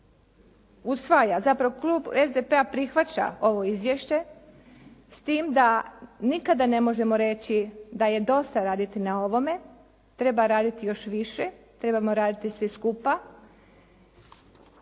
usvaja, zapravo klub SDP-a prihvaća ovo izvješće s tim da nikada ne možemo reći da je dosta raditi na ovome. Treba raditi još više, trebamo raditi svi skupa